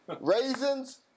Raisins